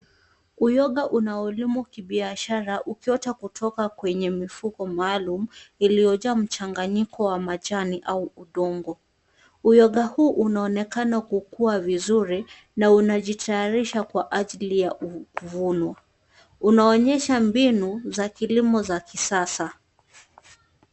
Uyoga unaolimwa kibiashara ukiota kutoka kwenye mifuko maalum iliyojaa mchanganyiko wa majani au udongo. Uyoga huu unaonekana kukuwa vizuri na unajitayarisha kwa ajili ya kuvunwa. Unaonyesha mbinu za kilimo za kisasa.